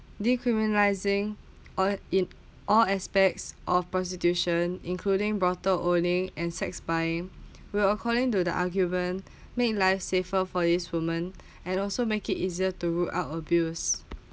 decriminalising or in all aspect of prostitution including brothel ole and sex buying will according to the argument make life safer for these woman and also make it easier to rule out abuse